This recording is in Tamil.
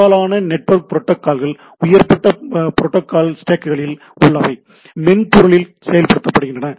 பெரும்பாலான நெட்வொர்க் புரோட்டோக்கால்கள் உயர்மட்ட புரோட்டோக்கால் ஸ்டேக்குகளில் உள்ளவைமென்பொருளில் செயல்படுத்தப்படுகின்றன